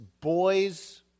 boys